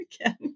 again